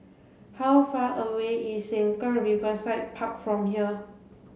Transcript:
how far away is Sengkang Riverside Park from here